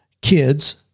kids